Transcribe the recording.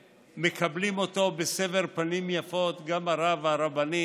ומקבלים אותו בסבר פנים יפות, גם הרב וגם הרבנית.